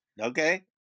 Okay